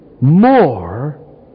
more